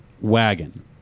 wagon